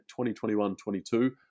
2021-22